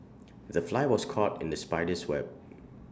the fly was caught in the spider's web